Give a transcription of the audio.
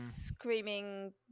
screaming